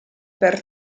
per